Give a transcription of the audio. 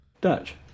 Dutch